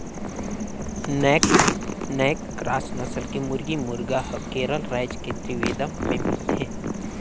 naked neck cross नसल के मुरगी, मुरगा हर केरल रायज के त्रिवेंद्रम में मिलथे